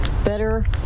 better